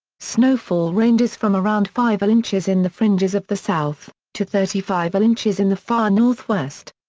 snowfall ranges from around five ah inches in the fringes of the south, to thirty five and inches in the far northwest.